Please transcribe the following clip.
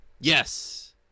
Yes